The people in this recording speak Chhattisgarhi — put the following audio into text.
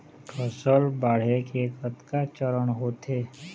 फसल बाढ़े के कतका चरण होथे?